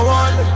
one